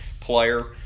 player